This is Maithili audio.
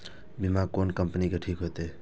बीमा कोन कम्पनी के ठीक होते?